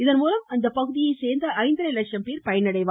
இதன் மூலம் அப்பகுதியை சேர்ந்த ஐந்தரை லட்சம் பேர் பயனடைவர்